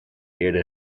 eerder